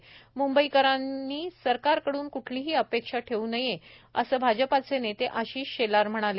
म्ंबईकरांनी सरकारकडून क्ठलीही अपेक्षा ठेवून नये असं भाजपचे नेते आशिष शेलार म्हणाले